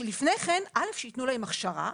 שייתנו להם הכשרה.